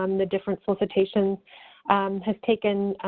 um the different solicitation has taken